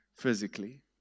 physically